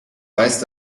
weist